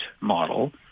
model